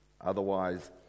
Otherwise